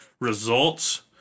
results